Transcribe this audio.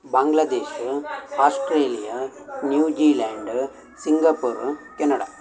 Bangladesh Australia New Zealand Singapore Canada